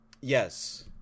yes